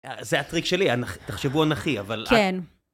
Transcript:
זה הטריק שלי, תחשבו אנכי, אבל... כן.